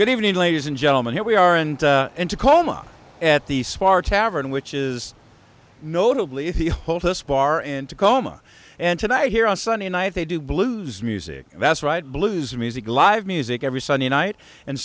good evening ladies and gentlemen here we are and into cola at the spar tavern which is notably the hostess bar and tacoma and tonight here on sunday night they do blues music that's right blues music live music every sunday night and